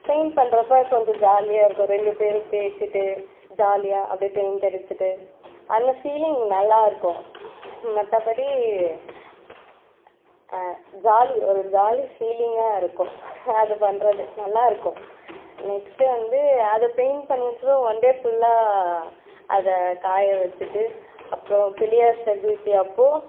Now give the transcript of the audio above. paint பண்ணுறப்ப கொஞ்சம் ஜாலியாக இருக்கும் ரெண்டு பேரும் பேசிகிட்டு ஜாலியாக அப்படியே பெயிண்ட் அடிச்சிட்டு அந்த ஃபீலிங் நல்லா இருக்கும் மற்றபடி ஜாலி ஒரு ஜாலி ஃபீலிங்காக இருக்கும் அது பண்ணுறது நல்லா இருக்கும் நெக்ஸ்ட்டு வந்து அது பெயிண்ட் பண்ணியிருக்கச்சுல ஒன் டே ஃபுல்லாக அதை காய வச்சுட்டு அப்புறம் பிள்ளையார் சதூர்த்தி அப்போது